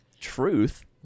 truth